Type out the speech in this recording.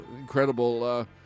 incredible